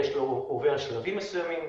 עובר שלבים מסוימים.